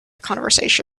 conversation